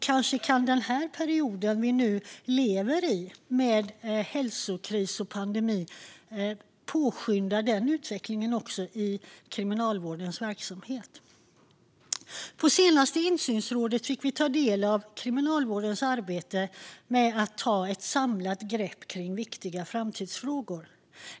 Kanske kan den period vi nu lever i, med hälsokris och pandemi, påskynda den utvecklingen också i Kriminalvårdens verksamhet. På det senaste insynsrådet fick vi ta del av Kriminalvårdens arbete med att ta ett samlat grepp om viktiga framtidsfrågor.